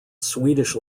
swedish